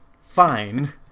fine